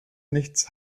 nichts